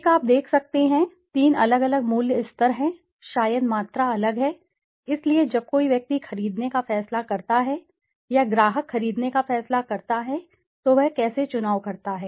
एक आप देख सकते हैं तीन अलग अलग मूल्य स्तर हैं शायद मात्रा अलग है इसलिए जब कोई व्यक्ति खरीदने का फैसला करता है या ग्राहक खरीदने का फैसला करता है तो वह कैसे चुनाव करता है